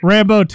Rambo